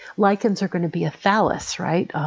lichens are going to be a phallus, right?